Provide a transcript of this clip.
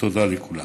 תודה לכולם.